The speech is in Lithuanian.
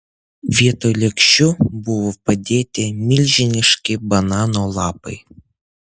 vietoj lėkščių buvo padėti milžiniški banano lapai